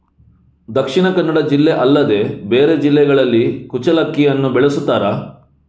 ದಕ್ಷಿಣ ಕನ್ನಡ ಜಿಲ್ಲೆ ಅಲ್ಲದೆ ಬೇರೆ ಜಿಲ್ಲೆಗಳಲ್ಲಿ ಕುಚ್ಚಲಕ್ಕಿಯನ್ನು ಬೆಳೆಸುತ್ತಾರಾ?